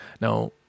Now